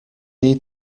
need